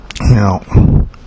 Now